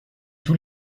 tous